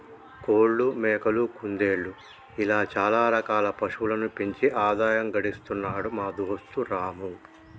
కోళ్లు మేకలు కుందేళ్లు ఇలా చాల రకాల పశువులను పెంచి ఆదాయం గడిస్తున్నాడు మా దోస్తు రాము